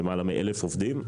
עם למעלה מ-1,000 עובדים.